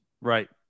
Right